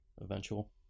Eventual